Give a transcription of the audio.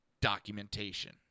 documentation